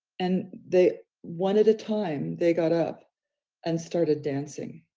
and they one at a time they got up and started dancing?